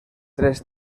tres